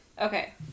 Okay